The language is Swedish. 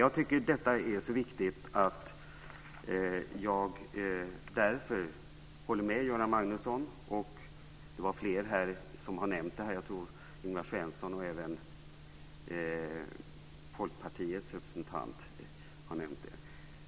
Jag tycker att detta är så viktigt att jag håller med Göran Magnusson. Det var fler här som nämnde detta. Jag tror att Ingvar Svensson och även Folkpartiets representant har nämnt det.